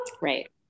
Right